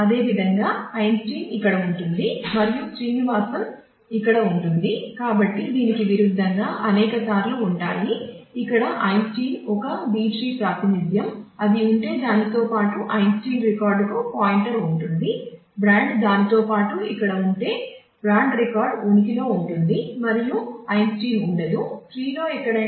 అదేవిధంగా ఐన్స్టీన్ ఇదేనా